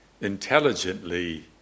intelligently